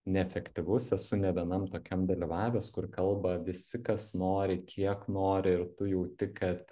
neefektyvus esu ne vienam tokiam dalyvavęs kur kalba visi kas nori kiek nori ir tu jauti kad